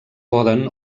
poden